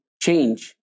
change